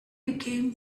became